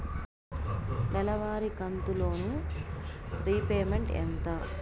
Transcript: నెలవారి కంతు loan repayment ఎంత?